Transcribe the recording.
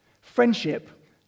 Friendship